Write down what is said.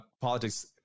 politics